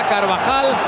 Carvajal